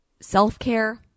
self-care